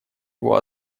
его